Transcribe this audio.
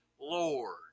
Lord